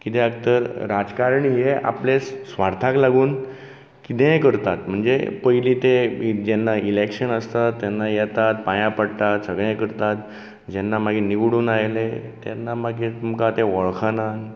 कित्याक तर राजकारण हें आपल्या स्वार्थाक लागून कितेंय करतात म्हणजे पयली ते जेन्ना इलेक्शन आसता तेन्ना येतात पांया पडटा सगळें करतात जेन्ना मागीर निवडून आयले तेन्ना मागीर तुमकां ते वळखाना